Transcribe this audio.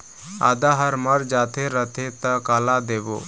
आदा हर मर जाथे रथे त काला देबो?